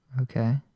Okay